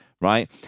right